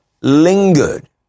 lingered